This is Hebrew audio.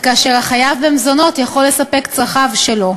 וכאשר החייב במזונות יכול לספק צרכיו שלו.